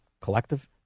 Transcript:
collective